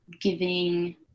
giving